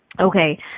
Okay